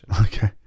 Okay